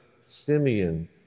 Simeon